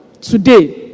today